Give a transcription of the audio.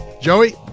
Joey